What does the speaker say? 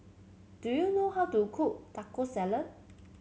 do you know how to cook Taco Salad